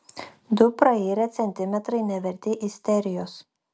du prairę centimetrai neverti isterijos